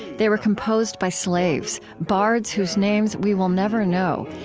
they were composed by slaves, bards whose names we will never know,